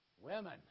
Women